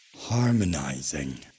harmonizing